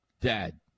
Dad